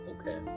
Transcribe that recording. Okay